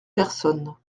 personnes